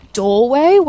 doorway